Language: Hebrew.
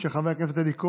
של חבר הכנסת אלי כהן.